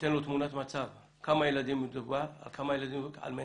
שייתן לו תמונת מצב על כמה ילדים מדובר על מנת